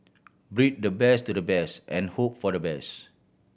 breed the best to the best and hope for the best